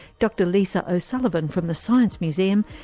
dr lisa o'sullivan from the science museum,